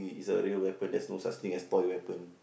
it's a real weapon there's no such thing as toy weapon